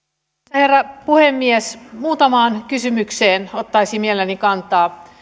herra puhemies muutamaan kysymykseen ottaisin mielelläni kantaa